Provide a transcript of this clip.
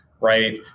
right